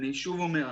אני שוב אומר,